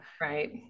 Right